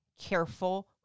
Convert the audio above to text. careful